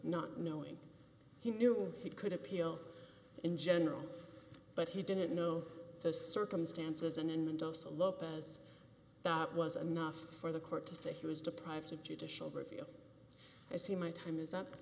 not knowing he knew he could appeal in general but he didn't know the circumstances and in an dosa lopez that was enough for the court to say he was deprived of judicial review i see my time is up